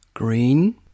Green